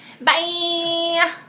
Bye